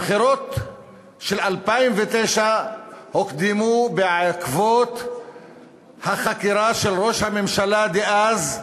הבחירות של 2009 הוקדמו בעקבות החקירה של ראש הממשלה דאז אולמרט.